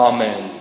Amen